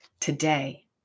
Today